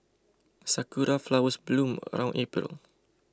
sakura flowers bloom around April